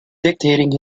dictating